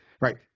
right